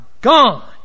gone